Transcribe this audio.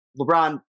LeBron